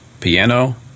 piano